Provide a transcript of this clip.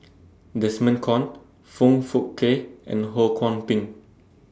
Desmond Kon Foong Fook Kay and Ho Kwon Ping